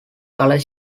color